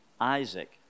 Isaac